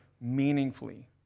meaningfully